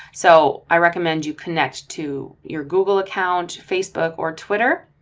so i recommend you connect to your google account, facebook or twitter.